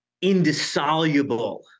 indissoluble